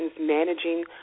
managing